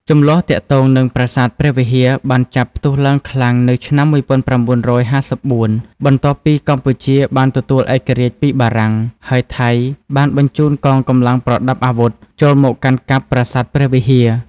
ជម្លោះទាក់ទងនឹងប្រាសាទព្រះវិហារបានចាប់ផ្ទុះឡើងខ្លាំង នៅឆ្នាំ១៩៥៤ បន្ទាប់ពីកម្ពុជាបានទទួលឯករាជ្យពីបារាំង ហើយថៃបានបញ្ជូនកងកម្លាំងប្រដាប់អាវុធ ចូលមកកាន់កាប់ប្រាសាទព្រះវិហារ។